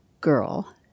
girl